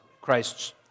Christ's